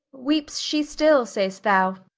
weeps she still, say'st thou?